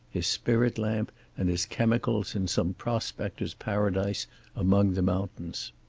his spirit lamp and his chemicals in some prospector's paradise among the mountains.